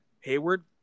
Hayward